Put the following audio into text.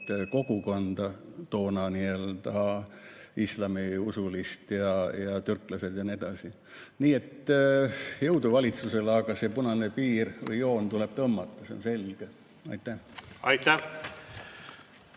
kogukonda toona, islamiusulised ja türklased ja nii edasi. Nii et jõudu valitsusele! Aga see punane joon tuleb tõmmata – see on selge. Aitäh!